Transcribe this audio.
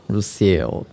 Lucille